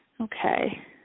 Okay